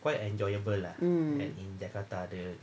mm